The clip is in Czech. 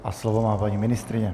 A slovo má paní ministryně.